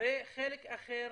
ובחלק אחר